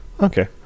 Okay